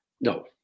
no